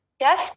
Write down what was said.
yes